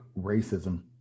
racism